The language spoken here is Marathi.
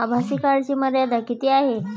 आभासी कार्डची मर्यादा किती आहे?